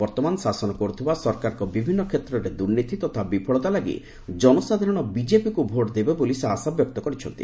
ବର୍ତ୍ତମାନ ଶାସନ କରୁଥିବା ସରକାରଙ୍କ ବିଭିନ୍ନ କ୍ଷେତ୍ରରେ ଦୁର୍ନୀତି ତଥା ବିଫଳତା ଲାଗି ଜନସାଧାରଣ ବିଜେପିକୁ ଭୋଟ୍ ଦେବେ ବୋଲି ସେ ଆଶାବ୍ୟକ୍ତ କରିଛନ୍ତି